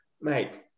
mate